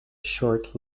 short